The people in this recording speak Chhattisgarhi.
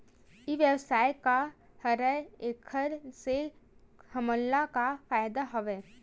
ई व्यवसाय का हरय एखर से हमला का फ़ायदा हवय?